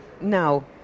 now